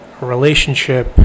relationship